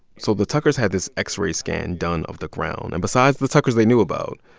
so the tuckers had this x-ray scan done of the ground, and besides the tuckers they knew about,